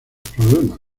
problemas